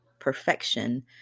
perfection